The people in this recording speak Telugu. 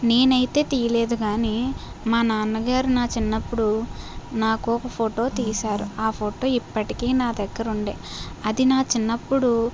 నేనైతే తీయలేదు కానీ మా నాన్నగారు నా చిన్నప్పుడు నాకు ఒక ఫోటో తీశారు ఆ ఫోటో ఇప్పటికీ నా దగ్గర ఉండే అది నా చిన్నప్పుడు